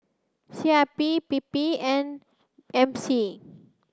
C I P P P and M C